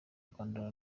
rwanda